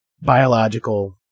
biological